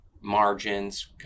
margins